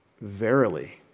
verily